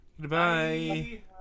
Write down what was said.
goodbye